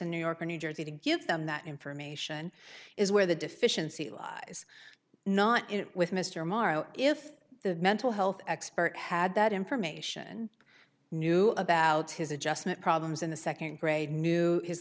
in new york or new jersey to give them that information is where the deficiency lies not it with mr morrow if the mental health expert had that information knew about his adjustment problems in the second grade knew his